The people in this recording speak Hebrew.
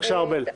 כן, בבקשה, ארבל.